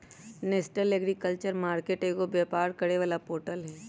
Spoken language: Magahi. नेशनल अगरिकल्चर मार्केट एगो व्यापार करे वाला पोर्टल हई